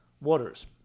waters